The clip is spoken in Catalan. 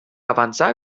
avançà